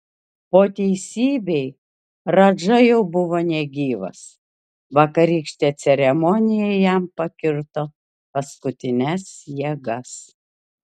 po teisybei radža jau buvo negyvas vakarykštė ceremonija jam pakirto paskutines jėgas